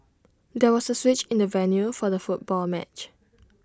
there was A switch in the venue for the football match